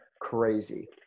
crazy